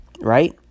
right